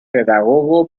pedagogo